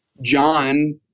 John